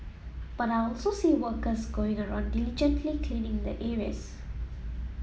but I also see workers going around diligently cleaning the areas